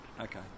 Okay